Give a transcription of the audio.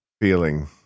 feeling